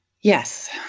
Yes